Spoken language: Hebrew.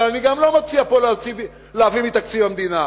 אבל אני גם לא מציע פה להביא מתקציב המדינה.